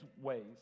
ways